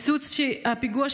הפיגוע,